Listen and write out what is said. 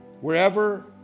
wherever